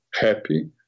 happy